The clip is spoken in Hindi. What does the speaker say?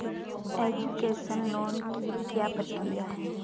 एजुकेशन लोन की क्या प्रक्रिया है?